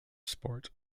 sport